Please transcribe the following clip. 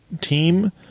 team